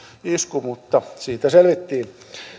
isku mutta siitä selvittiin